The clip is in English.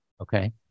okay